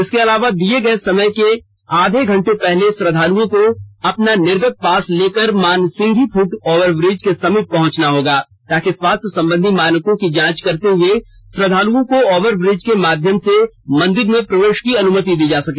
इसके अलावे दिए गए समय के आधे घंटे पहले श्रद्धालुओं को अपना निर्गत पास लेकर मानसिंघी फूट ओवर ब्रिज के समीप पहुँचना होगा ताकि स्वास्थ्य संबंधी मानकों की जांच करते हुए श्रद्वालुओं को ओवर ब्रिज के माध्यम से मंदिर में प्रवेश की अनुमति दी जाएगी